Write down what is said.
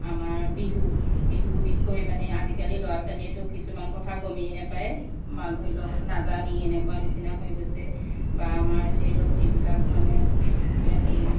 আমাৰ বিহু বিহু বিষয় মানে আজিকালি ল'ৰা ছোৱালীয়েতো কিছুমান কথা গমেই নাপায় মা ধৰি লওক নাজানেই এনেকুৱা নিচিনা হৈ গৈছে বা আমাৰ ধৰি লওক যিবিলাক মানে হেৰি